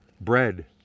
Bread